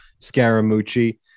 Scaramucci